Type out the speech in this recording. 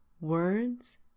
words